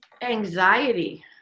anxiety